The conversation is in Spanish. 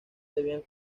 debían